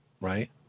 right